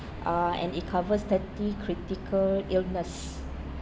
uh and it covers thirty critical illness